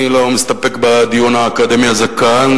אני לא מסתפק בדיון האקדמי הזה כאן.